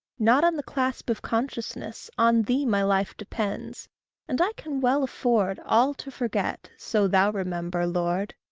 not on the clasp of consciousness on thee my life depends and i can well afford all to forget, so thou remember, lord.